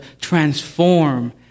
transform